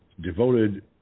devoted